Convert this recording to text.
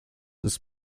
ist